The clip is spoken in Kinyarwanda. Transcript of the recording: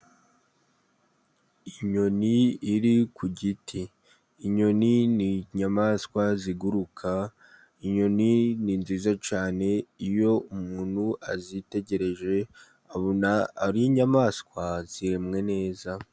Inyoni iri ku giti, inyoni ni inyamaswa ziguruka, inyoni ni nziza cyane, iyo umuntu azitegereje abona ari inyamaswa ziremwe neza.